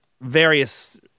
various